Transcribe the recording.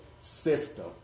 system